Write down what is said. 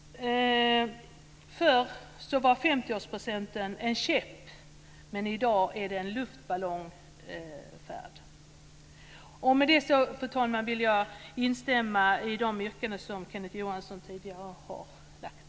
Förr var 50-årspresenten en käpp, men i dag är det en luftballongsfärd. Med det, fru talman, vill jag instämma i de yrkanden som Kenneth Johansson tidigare har gjort.